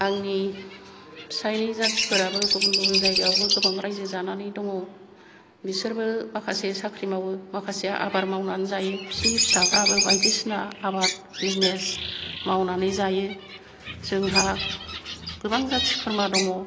आंनि फिसाइनि जाथिफोराबो गुबुन गुबुन जायगायावबो गोबां रायजो जानानै दङ बिसोरबो माखासे साख्रि मावो माखासेया आबाद मावनानै जायो बिसोरनि फिसाफ्राबो बायदिसिना आबाद बिजिनेस मावनानै जायो जोंहा गोबां जाथि खुरमा दङ